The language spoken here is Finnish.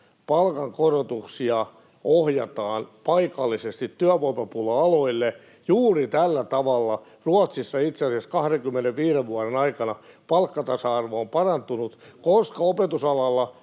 palkankorotuksia ohjataan paikallisesti työvoimapula-aloille, Ruotsissa itse asiassa 25 vuoden aikana palkkatasa-arvo on parantunut, [Timo Heinonen: